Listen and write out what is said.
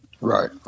Right